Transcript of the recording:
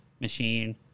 machine